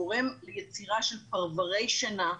גורם ליצירה של פרברי שינה,